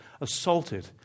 assaulted